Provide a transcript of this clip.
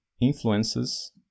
influences